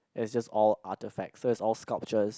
is just all artefacts so is all sculptures